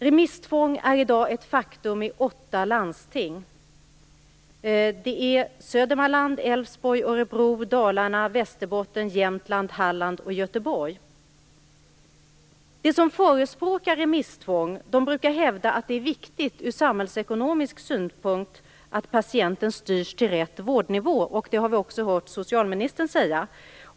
Remisstvång är i dag ett faktum i åtta landsting: Södermanland, Älvsborg, Örebro, Dalarna, Västerbotten, Jämtland, Halland och Göteborg. De som förespråkar remisstvång brukar hävda att det ur samhällsekonomisk synpunkt är viktigt att patienten styrs till rätt vårdnivå. Det har vi också hört socialministern säga.